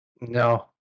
No